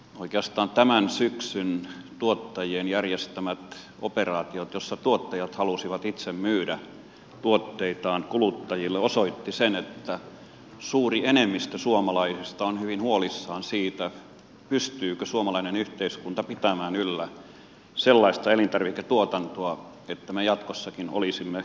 oikeastaan tämän syksyn tuottajien järjestämät operaatiot joissa tuottajat halusivat itse myydä tuotteitaan kuluttajille osoittivat sen että suuri enemmistö suomalaisista on hyvin huolissaan siitä pystyykö suomalainen yhteiskunta pitämään yllä sellaista elintarviketuotantoa että me jatkossakin olisimme omavaraisia